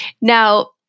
Now